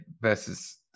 versus